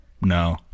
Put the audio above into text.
No